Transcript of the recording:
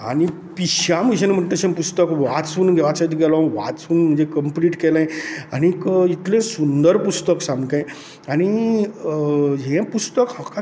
आनी पिश्यां बशेन म्हणटा तशें पुस्तक वाचून वाचत गेलो वाचून म्हणजे कंप्लीट केलें आनीक इतलें सुंदर पुस्तक सामके आनी हें पुस्तक म्हाका